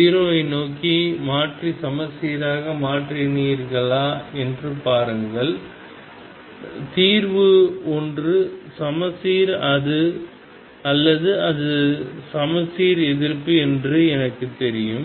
0 ஐ நோக்கி மாற்றி சமச்சீராக மாற்றினீர்களா என்று பாருங்கள் தீர்வு ஒன்று சமச்சீர் அல்லது அது சமச்சீர் எதிர்ப்பு என்று எனக்குத் தெரியும்